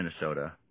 Minnesota